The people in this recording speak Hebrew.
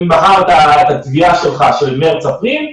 אם בחרת את התביעה שלך של אארס-אפריל,